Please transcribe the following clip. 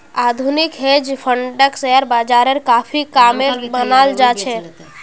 आधुनिक हेज फंडक शेयर बाजारेर काफी कामेर मनाल जा छे